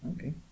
Okay